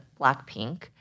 Blackpink